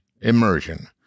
Immersion